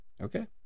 Okay